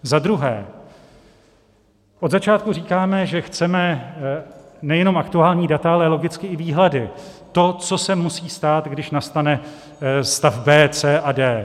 Za druhé, od začátku říkáme, že chceme nejenom aktuální data, ale logicky i výhledy, to, co se musí stát, když nastane stav B, C a D.